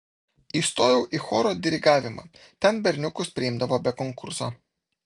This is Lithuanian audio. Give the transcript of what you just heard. įstojau į choro dirigavimą ten berniukus priimdavo be konkurso